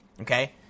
Okay